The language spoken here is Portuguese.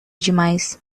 demais